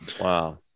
Wow